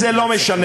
זה לא משנה.